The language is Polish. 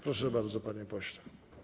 Proszę bardzo, panie pośle.